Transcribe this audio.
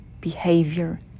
behavior